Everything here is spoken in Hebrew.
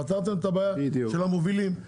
פתרתם את הבעיה של המובילים.